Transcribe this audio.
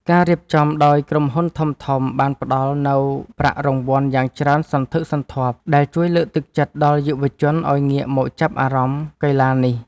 ការរៀបចំដោយក្រុមហ៊ុនធំៗបានផ្ដល់នូវប្រាក់រង្វាន់យ៉ាងច្រើនសន្ធឹកសន្ធាប់ ដែលជួយលើកទឹកចិត្តដល់យុវជនឱ្យងាកមកចាប់អារម្មណ៍កីឡានេះ។